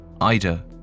Ida